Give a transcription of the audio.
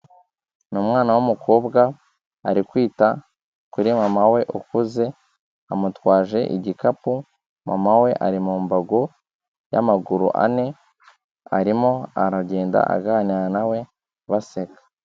Ni umwana w'umukobwa ari kwita kuri mama we ukuze amutwaje igikapu, mama we ari mu mbago y'amaguru ane, arimo aragenda aganira na we baseka.